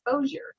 exposure